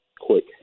quick